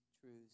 truths